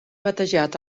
batejat